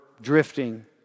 drifting